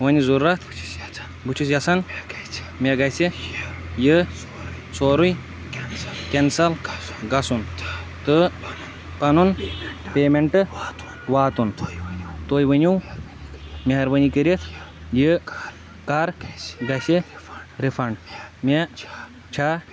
ؤنۍ ضروٗرت بہٕ چھُس یژھان مےٚ گژھِ یہِ سورُے کینسل گژھُن تہٕ پَنُن پیم۪نٹہٕ واتُن تُہۍ ؤنِو مہربٲنی کٔرِتھ یہِ کَر گژھِ رِفنٛڈ مےٚ چھا